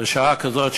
בשעה כזאת,